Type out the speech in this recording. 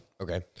Okay